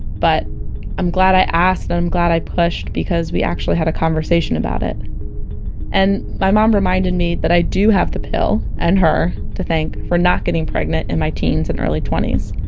but i'm glad i asked, and i'm glad i pushed bc we actually had a conversation about it and my mom reminded me that i do have the pill and her to thank for not getting pregnant in my teens and early twenties